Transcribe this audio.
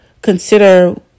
Consider